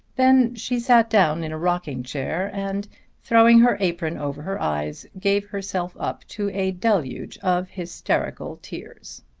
then she sat down in a rocking-chair and throwing her apron over her eyes gave herself up to a deluge of hysterical tears.